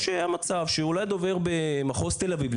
או שהמצב שאולי דובר במחוז תל אביב,